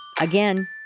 again